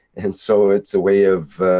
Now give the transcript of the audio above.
and so it's a way of.